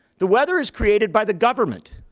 the weather is created by the government.